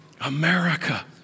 America